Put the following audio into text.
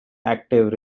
active